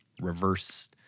reverse